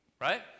right